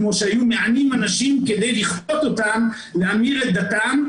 כפי שהיו מענים אנשים כדי לכפות אותם להמיר את דתם,